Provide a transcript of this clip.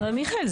אבל מיכאל,